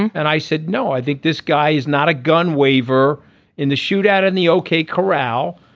and i said no i think this guy is not a gun waver in the shoot out in the ok corral.